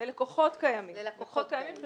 ללקוחות קיימים של